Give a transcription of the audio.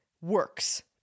works